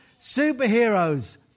superheroes